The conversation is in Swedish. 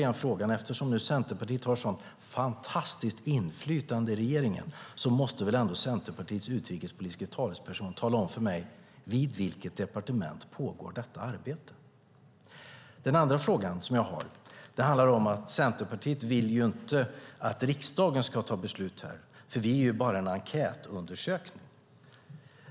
Eftersom nu Centerpartiet har ett sådant fantastiskt inflytande i regeringen måste väl ändå Centerpartiets utrikespolitiska talesperson kunna tala om för mig vid vilket departement detta arbete pågår. Den andra frågan jag har handlar om att Centerpartiet inte vill att riksdagen ska ta beslut här, för vi är bara en enkätundersökning.